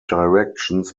directions